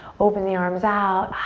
open the arms out,